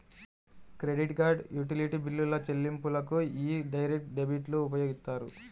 credit card, utility బిల్లుల చెల్లింపులకు యీ డైరెక్ట్ డెబిట్లు ఉపయోగిత్తారు